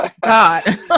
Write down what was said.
God